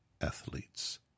athletes